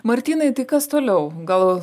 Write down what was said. martynai tai kas toliau gal